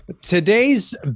today's